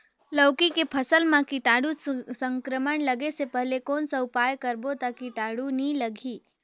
लौकी के फसल मां कीटाणु संक्रमण लगे से पहले कौन उपाय करबो ता कीटाणु नी लगही?